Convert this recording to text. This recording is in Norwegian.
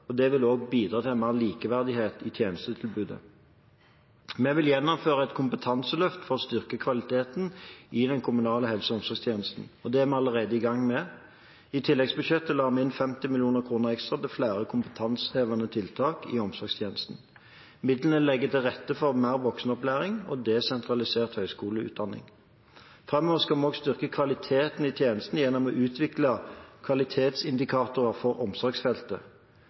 Det vil også bidra til mer likeverdighet i tjenestetilbudet. Vi vil gjennomføre et kompetanseløft for å styrke kvaliteten i den kommunale helse- og omsorgstjenesten, og det er vi allerede i gang med. I tilleggsbudsjettet la vi inn 50 mill. kr ekstra til flere kompetansehevende tiltak i omsorgstjenesten. Midlene legger til rette for mer voksenopplæring og desentralisert høgskoleutdanning. Framover skal vi også styrke kvaliteten i tjenestene gjennom å utvikle kvalitetsindikatorer for omsorgsfeltet.